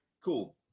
Cool